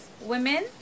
women